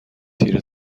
تیره